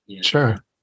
Sure